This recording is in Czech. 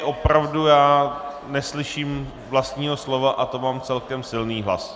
Já opravdu neslyším vlastního slova, a to mám celkem silný hlas.